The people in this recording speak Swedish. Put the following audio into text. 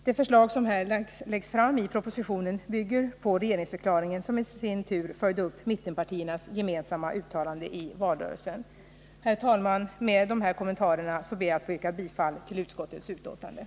Det förslag som läggs fram i propositionen bygger på regeringsförklaringen, som följde upp mittenpartiernas gemensamma uttalande i valrörelsen. Herr talman! Med de här kommentarerna ber jag att få yrka bifall till utskottets hemställan.